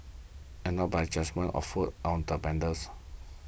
and no but just one of food on the vendors